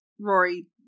Rory